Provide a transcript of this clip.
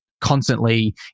constantly